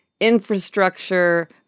infrastructure